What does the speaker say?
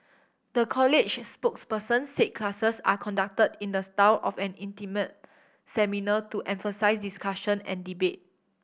the college's spokesperson said classes are conducted in the style of an intimate seminar to emphasise discussion and debate